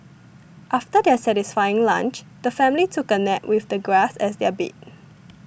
after their satisfying lunch the family took a nap with the grass as their bed